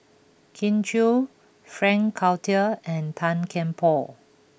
Kin Chui Frank Cloutier and Tan Kian Por